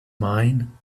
mine